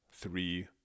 Three